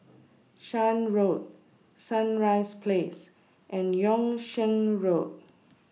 Shan Road Sunrise Place and Yung Sheng Road